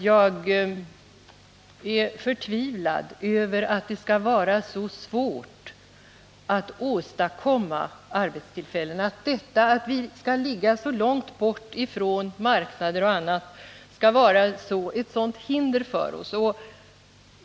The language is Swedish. Jag är förtvivlad över att det skall vara så svårt att åstadkomma nya arbetstillfällen där och att det faktum att vi ligger så långt bort från olika marknader skall behöva utgöra ett så svårt hinder för oss.